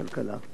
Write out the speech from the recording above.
תודה רבה.